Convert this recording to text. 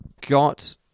got